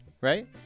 right